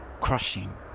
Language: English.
crushing